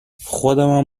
خودمم